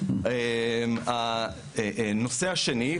הנושא השני,